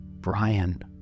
Brian